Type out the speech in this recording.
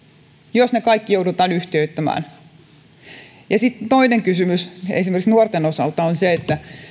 jos ne kaikki joudutaan yhtiöittämään sitten toinen kysymys esimerkiksi nuorten osalta on se